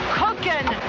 cooking